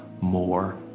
more